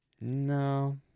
No